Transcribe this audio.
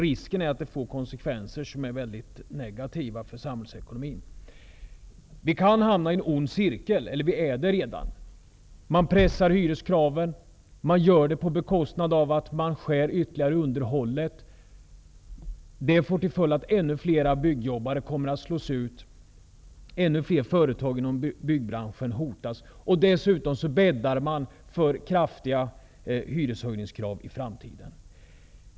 Risken är att det får konsekvenser som är mycket negativa för samhällsekonomin. Vi kan hamna i en ond cirkel. Och vi är redan där. Man pressar hyreskraven, och man gör det på bekostnad av att man skär ytterligare på underhållet. Det får till följd att ännu fler byggjobbare kommer att slås ut, och ännu fler företag inom byggbraschen hotas. Dessutom bäddar man för krav på kraftiga hyreshöjningar i framtiden.